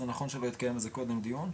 זה נכון שלא התקיים על זה קודם דיון,